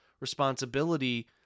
responsibility